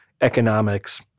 economics